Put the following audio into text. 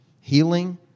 healing